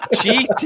Cheating